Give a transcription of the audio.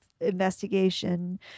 investigation